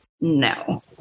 No